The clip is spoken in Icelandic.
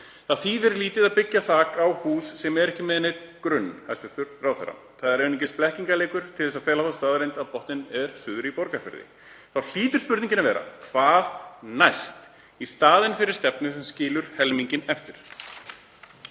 Það þýðir lítið að byggja þak á hús sem er ekki með neinn grunn, hæstv. ráðherra. Það er einungis blekkingaleikur til að fela þá staðreynd að botninn er suður í Borgarfirði. Þá hlýtur spurningin að vera: Hvað næst, í staðinn fyrir stefnu sem skilur helminginn eftir?